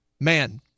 man